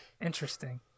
Interesting